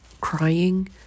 crying